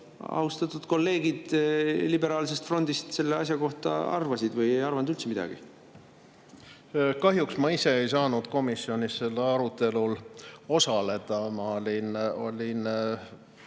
austatud kolleegid liberaalsest frondist selle asja kohta arvasid või ei arvanud üldse midagi? Kahjuks ma ise ei saanud komisjonis sellel arutelul osaleda, ma olin